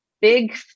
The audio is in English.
big